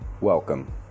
welcome